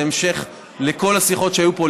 בהמשך לכל השיחות שהיו פה,